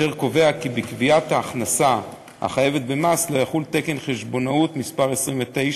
אשר קובע כי בקביעת ההכנסה החייבת במס לא יחול תקן חשבונאות מס' 29,